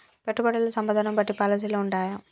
పెట్టుబడుల్లో సంపదను బట్టి పాలసీలు ఉంటయా?